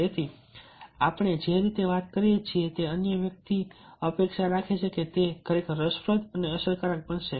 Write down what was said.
તેથી જો આપણે જે રીતે વાત કરીએ છીએ તે અન્ય વ્યક્તિ અપેક્ષા રાખે છે કે તે ખરેખર રસપ્રદ અને અસરકારક બનશે